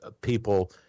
People